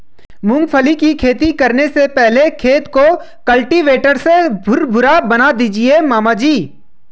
मूंगफली की खेती करने से पहले खेत को कल्टीवेटर से भुरभुरा बना दीजिए मामा जी